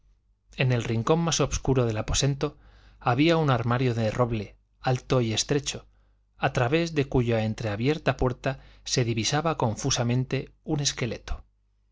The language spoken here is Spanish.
en el rincón más obscuro del aposento había un armario de roble alto y estrecho a través de cuya entreabierta puerta se divisaba confusamente un esqueleto